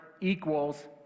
equals